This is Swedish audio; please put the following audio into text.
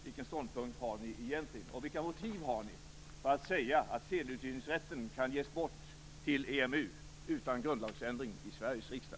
Vilken ståndpunkt har ni egentligen, och vilka motiv har ni för att säga att sedelutgivningsrätten kan ges bort till EMU utan grundlagsändring i Sveriges riksdag?